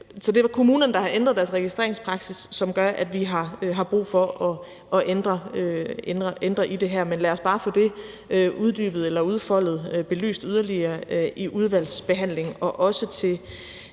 Så det er kommunerne, der har ændret deres registreringspraksis, som gør, at vi har brug for at ændre i det her, men lad os bare få det uddybet eller udfoldet og belyst yderligere i udvalgsbehandlingen. Også til